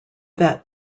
that